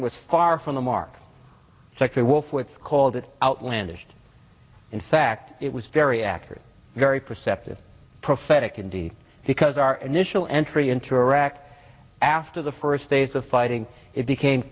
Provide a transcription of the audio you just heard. was far from the mark sector wolfowitz called it outlandish in fact it was very accurate very perceptive prophetic indeed because our initial entry into iraq after the first days of fighting it became